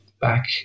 back